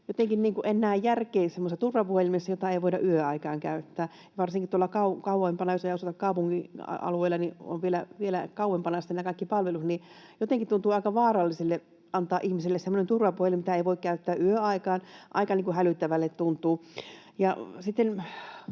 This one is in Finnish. jotenkin en näe järkeä semmoisessa turvapuhelimessa, jota ei voida yöaikaan käyttää. Varsinkin tuolla kauempana, jos ei asuta kaupungin alueella, niin on vielä kauempana kaikki palvelut. Jotenkin tuntuu aika vaaralliselle antaa ihmiselle semmoinen turvapuhelin, mitä ei voi käyttää yöaikaan. Aika hälyttävälle tuntuu.